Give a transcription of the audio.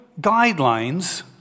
guidelines